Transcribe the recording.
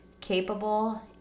capable